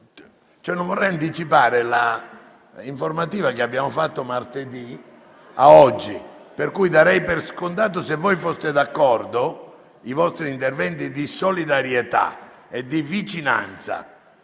non vorrei però anticipare ad oggi l'informativa che abbiamo fissato per martedì, per cui darei per scontati, se voi foste d'accordo, i vostri interventi di solidarietà e di vicinanza